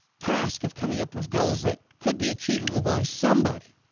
task of coming up with goals that could be achievable by somebody.